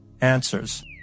answers